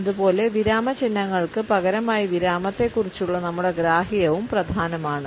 അതുപോലെ വിരാമചിഹ്നങ്ങൾക്ക് പകരമായി വിരാമത്തെക്കുറിച്ചുള്ള നമ്മുടെ ഗ്രാഹ്യവും പ്രധാനമാണ്